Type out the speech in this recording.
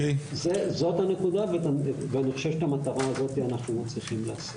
זאת הנקודה ואני חושב שאת המטרה הזאת אנחנו צריכים להשיג.